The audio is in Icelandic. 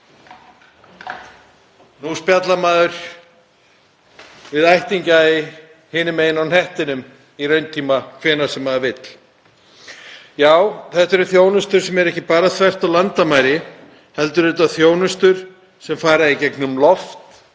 Nú spjallar maður við ættingja hinum megin á hnettinum í rauntíma, hvenær sem maður vill. Þetta er þjónusta sem er ekki bara þvert á landamæri heldur er þetta þjónusta sem fer í gegnum loft,